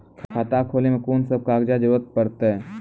खाता खोलै मे कून सब कागजात जरूरत परतै?